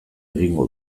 egingo